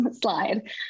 slide